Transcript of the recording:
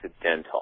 accidental